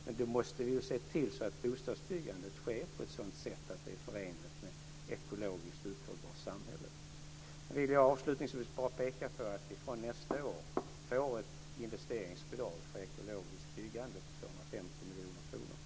Men då måste vi ju se till att bostadsbyggandet sker på ett sådant sätt att det är förenligt med ett ekologiskt uthålligt samhälle. Avslutningsvis vill jag bara peka på att vi från nästa år får ett investeringsbidrag för ekologiskt byggande på 250 miljoner kronor.